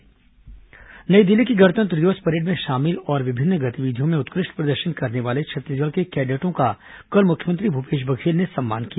NCC cadet सम्मान नई दिल्ली की गणतंत्र दिवस परेड में शामिल और विभिन्न गतिविधियों में उत्कृष्ट प्रदर्शन करने वाले छत्तीसगढ़ के कैडेटों का कल मुख्यमंत्री भूपेश बघेल ने सम्मान किया